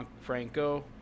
Franco